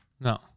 No